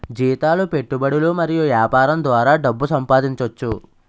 జీతాలు పెట్టుబడులు మరియు యాపారం ద్వారా డబ్బు సంపాదించోచ్చు